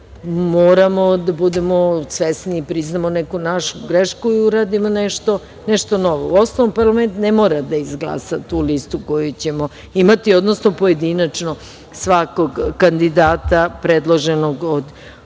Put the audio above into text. moramo da budemo svesni i priznamo neku našu grešku i uradimo nešto novo. Uostalom, parlament ne mora da izglasa tu listu koju ćemo imati, odnosno pojedinačno svakog kandidata predloženog od ovih